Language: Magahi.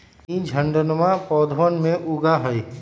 ई झाड़नमा पौधवन में उगा हई